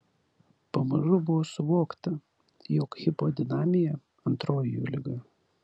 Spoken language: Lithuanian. pamažu buvo suvokta jog hipodinamija antroji jų liga